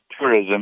tourism